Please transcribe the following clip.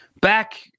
Back